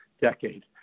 decade